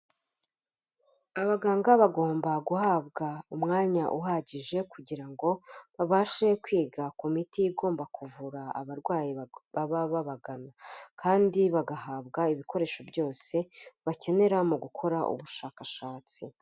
Abaganga bagomba guhabwa umwanya uhagije kugira ngo babashe kwiga ku miti igomba kuvura abarwayi baba babagana kandi bagahabwa ibikoresho byose, bakenera mu gukora ubushakashatsi.